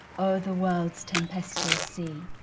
the world's tempestuous sea.